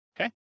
okay